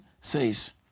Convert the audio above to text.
says